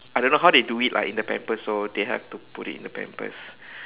I don't know how they do it lah in the pampers so they have to put it in the pampers